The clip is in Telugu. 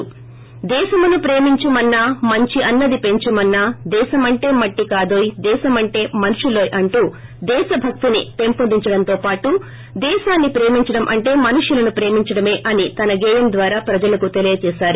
దేశమును ప్రేమించుమన్న మంచి అన్నది ప్రేమించుమన్న దేశమంటే మట్టికాదోయ్ దేశమంటే మనుషులోయ్ అంటూ దేశభక్తిని పెంపోదించడంతోపాటు దేశాన్ని ప్రమించడమంటే మనుషులను ప్రేమించడమే అని తన గేయం ద్వారా ప్రజలకు తెలియచేశారు